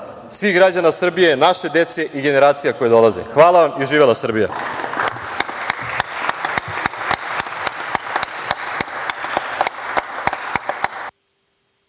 svih građana Srbije, naše dece i generacija koje dolaze. Hvala i živela Srbija.